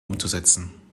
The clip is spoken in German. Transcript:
umzusetzen